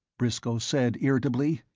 briscoe said irritably.